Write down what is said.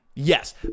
Yes